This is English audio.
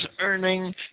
earning